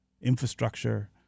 infrastructure